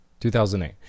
2008